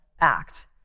act